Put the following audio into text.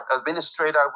administrator